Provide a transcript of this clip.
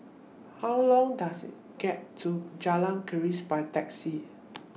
How Long Does IT get to Jalan Keris By Taxi